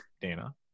Dana